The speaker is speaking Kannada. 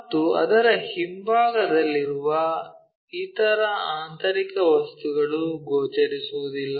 ಮತ್ತು ಅದರ ಹಿಂಭಾಗದಲ್ಲಿರುವ ಇತರ ಆಂತರಿಕ ವಸ್ತುಗಳು ಗೋಚರಿಸುವುದಿಲ್ಲ